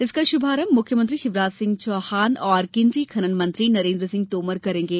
इसका श्भारंभ मुख्यमंत्री शिवराज सिंह चौहान और केन्द्रीय खनन मंत्री नरेन्द्र सिंह तोमर करेंगे